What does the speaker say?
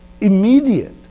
Immediate